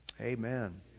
Amen